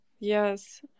Yes